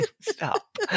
Stop